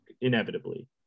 inevitably